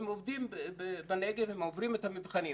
עוברים את המבחנים.